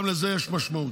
גם לזה יש משמעות.